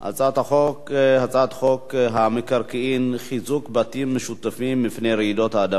הצעת חוק המקרקעין (חיזוק בתים משותפים מפני רעידות אדמה)